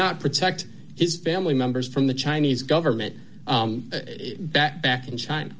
not protect his family members from the chinese government that back in china